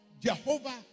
Jehovah